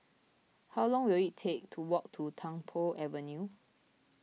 how long will it take to walk to Tung Po Avenue